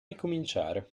ricominciare